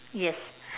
yes